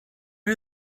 are